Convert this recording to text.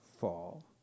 fall